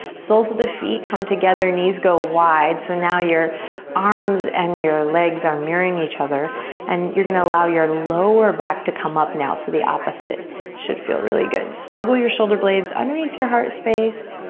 soles of the feet come together, knees go wide, so now your arms and your legs are mirroring each other and you're gonna allow your lower back to come up now so the opposite should feel really good. snuggle your shoulder blades underneath your heart space.